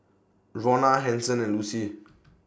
Rona Hanson and Lucy